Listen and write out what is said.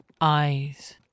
eyes